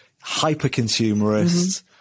hyper-consumerist